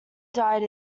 died